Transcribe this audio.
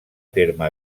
terme